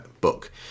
book